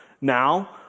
Now